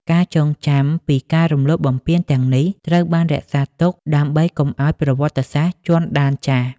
ការចងចាំពីការរំលោភបំពានទាំងនេះ ត្រូវបានរក្សាទុកដើម្បីកុំឱ្យប្រវត្តិសាស្ត្រជាន់ដានចាស់។